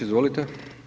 Izvolite.